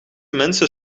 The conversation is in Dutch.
mensen